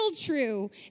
true